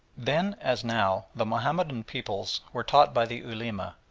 then, as now, the mahomedan peoples were taught by the ulema,